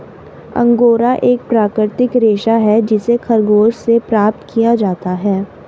angora एक प्राकृतिक रेशा है जिसे खरगोश से प्राप्त किया जाता है